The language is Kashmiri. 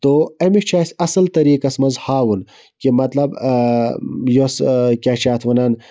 تو أمِس چھُ اَسہِ اصل طریٖقَس مَنٛز ہاوُن کہِ مَطلَب یۄس کیاہ چھِ اتھ وَنان